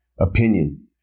Opinion